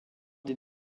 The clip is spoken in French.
des